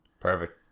perfect